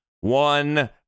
One